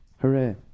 Hooray